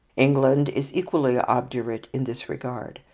england is equally obdurate in this regard.